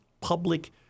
public